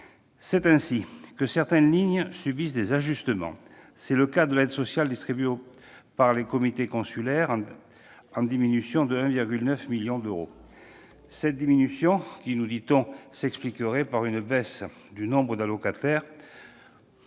C'est ainsi que certaines lignes subissent des ajustements. C'est le cas de l'aide sociale distribuée par les comités consulaires, en diminution de 1,9 million d'euros. Cette diminution, nous dit-on, s'expliquerait par une baisse du nombre d'allocataires.